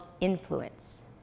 influence